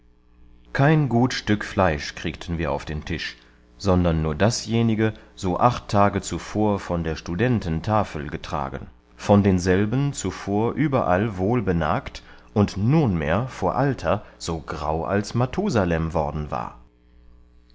kein gut stück fleisch kriegten wir auf den tisch sondern nur dasjenige so acht tage zuvor von der studenten tafel getragen von denselben zuvor überall wohl benagt und nunmehr vor alter so grau als mathusalem worden war